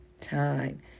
time